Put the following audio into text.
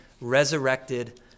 resurrected